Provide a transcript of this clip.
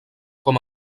com